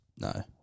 No